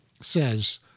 says